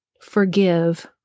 forgive